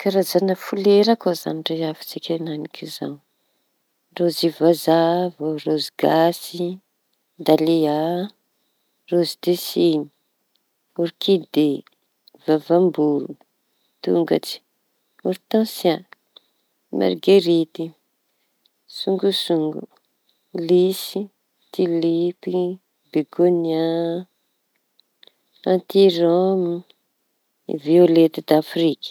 Karazana folera koa izañy no rehafintsika enanik'izao raozy vazaha vô raozy gasy, dalia, rôzy de siñy, orkide, vavam-boron, tongatsy, ortansia, margerity, songosongo, lisy, tilipy, begonia, anti rômy, violety dafrika.